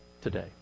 today